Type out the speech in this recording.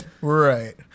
Right